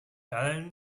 allen